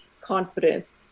confidence